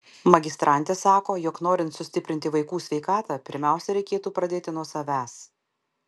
magistrantė sako jog norint sustiprinti vaikų sveikatą pirmiausia reikėtų pradėti nuo savęs